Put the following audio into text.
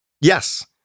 Yes